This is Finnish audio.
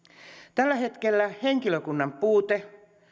tällä hetkellä henkilökunnan puute